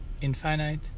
infinite